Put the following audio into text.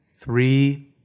three